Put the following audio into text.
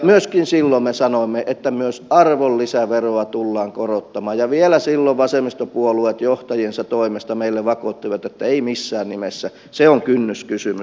myöskin silloin me sanoimme että myös arvonlisäveroa tullaan korottamaan ja vielä silloin vasemmistopuolueet johtajiensa toimesta meille vakuuttivat että ei missään nimessä se on kynnyskysymys